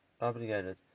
obligated